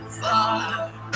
far